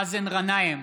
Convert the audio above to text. מאזן גנאים,